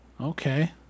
Okay